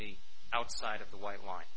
the outside of the white line